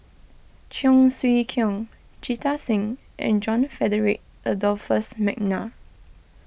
Cheong Siew Keong Jita Singh and John Frederick Adolphus McNair